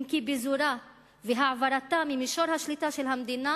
כי אם פיזורה והעברתה ממישור השליטה של המדינה